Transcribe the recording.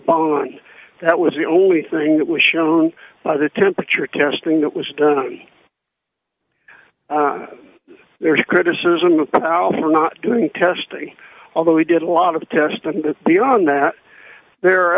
bone on that was the only thing that was shown the temperature testing that was done there was criticism of powell for not doing testing although we did a lot of testing that beyond that there are